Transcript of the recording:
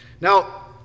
Now